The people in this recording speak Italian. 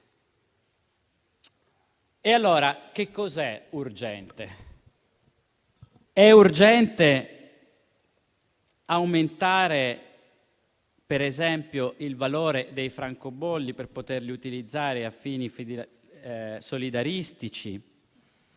scadenza. Che cos'è urgente allora? È urgente aumentare, per esempio, il valore dei francobolli per poterli utilizzare a fini solidaristici